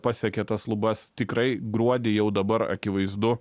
pasiekė tas lubas tikrai gruodį jau dabar akivaizdu